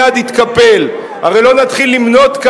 ריווח מדרגות מס,